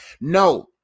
No